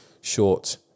short